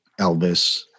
Elvis